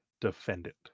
defendant